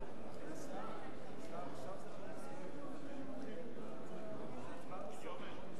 שאלתך תהיה רלוונטית בשבוע הבא בדיוק כפי שהיא היום,